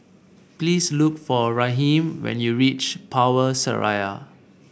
please look for Raheem when you reach Power Seraya